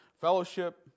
Fellowship